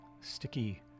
Sticky